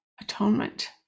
atonement